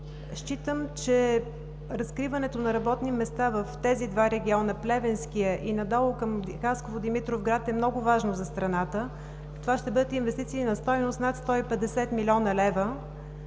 Считам, че разкриването на работни места в тези два региона – Плевенският, и надолу към Хасково и Димитровград, е много важно за страната. Това ще бъдат инвестиции на стойност над 150 млн. лв.